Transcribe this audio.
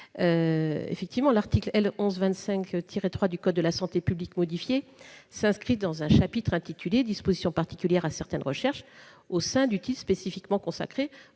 humaine. L'article L. 1125-3 du code de la santé publique modifié figure dans un chapitre intitulé « Dispositions particulières à certaines recherches », au sein du titre spécifiquement consacré